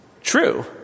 true